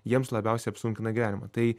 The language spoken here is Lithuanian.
jiems labiausiai apsunkina gyvenimą tai